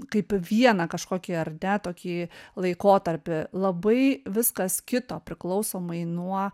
kaip vieną kažkokį ar ne tokį laikotarpį labai viskas kito priklausomai nuo